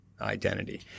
identity